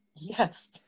Yes